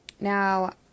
Now